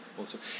awesome